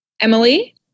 Emily